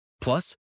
Plus